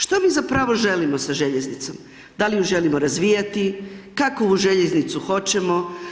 Što mi zapravo želimo sa željeznicom, da li ju želimo razvijati, kavu željeznicu hoćemo?